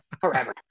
forever